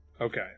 Okay